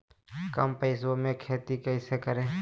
कम पैसों में खेती कैसे करें?